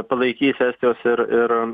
palaikys estijos ir ir